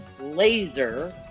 Laser